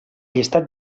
llistat